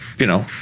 you know,